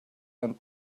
and